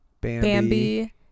bambi